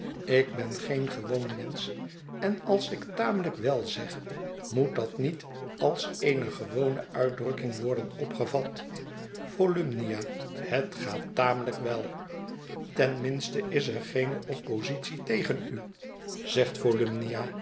ik ben geen gewoon mensch en als ik tamelijk wel zeg moet dat niet als eene gewone uitdrukking worden opgevat volumnia het gaat tamelijk wel ten minste is er geene oppositie tegen u zegt